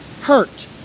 hurt